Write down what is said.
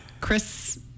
Chris